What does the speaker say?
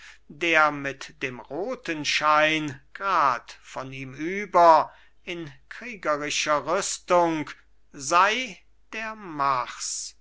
der mit dem roten schein grad von ihm über in kriegerischer rüstung sei der mars